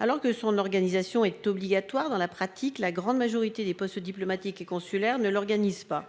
Alors que l'organisation de cette journée est obligatoire dans la pratique, la grande majorité des postes diplomatiques et consulaires ne le font pas.